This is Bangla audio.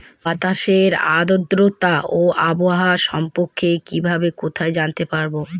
বাতাসের আর্দ্রতা ও আবহাওয়া সম্পর্কে কিভাবে কোথায় জানতে পারবো?